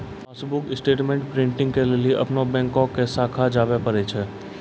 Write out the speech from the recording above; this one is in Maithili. पासबुक स्टेटमेंट प्रिंटिंग के लेली अपनो बैंको के शाखा जाबे परै छै